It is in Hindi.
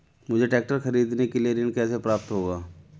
मुझे ट्रैक्टर खरीदने के लिए ऋण कैसे प्राप्त होगा?